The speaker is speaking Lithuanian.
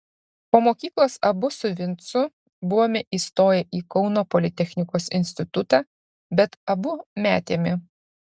po mokyklos abu su vincu buvome įstoję į kauno politechnikos institutą bet abu metėme